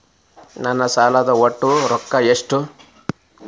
ನನ್ನ ಸಾಲದ ಒಟ್ಟ ರೊಕ್ಕ ಎಷ್ಟು?